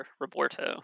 Roberto